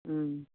ও